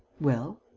well?